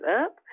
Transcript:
up